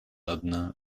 одна